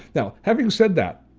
now having said that,